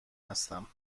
هستم